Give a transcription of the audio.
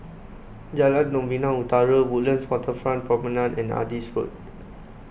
Jalan Novena Utara Woodlands Waterfront Promenade and Adis Road